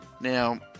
Now